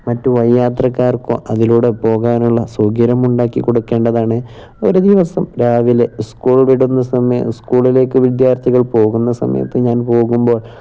മറ്റു വഴിയാത്രക്കാർക്കും അതിലൂടെ പോകാനുള്ള സൗകര്യം ഉണ്ടാക്കി കൊടുക്കേണ്ടതാണ് ഒരു ദിവസം രാവിലെ സ്കൂൾ വിടുന്ന സമയം സ്കൂളിലേക്കു വിദ്യാർത്ഥികൾ പോകുന്ന സമയത്തു ഞാൻ പോകുമ്പോൾ